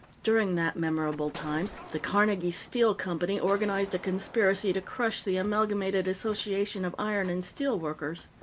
during that memorable time the carnegie steel company organized a conspiracy to crush the amalgamated association of iron and steel workers.